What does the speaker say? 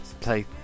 play